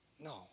no